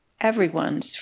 everyone's